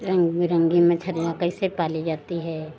रंग बिरंगी मछलियाँ कैसे पाली जाती है